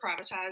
privatize